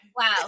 Wow